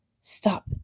Stop